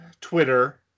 Twitter